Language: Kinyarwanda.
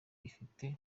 ifite